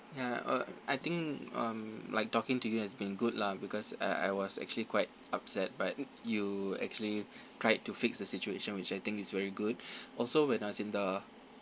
ya oh I think um like talking to you has been good lah because uh I was actually quite upset but you actually tried to fix the situation which I think it's very good also when I was in the